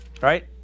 Right